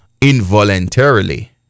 involuntarily